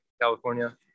California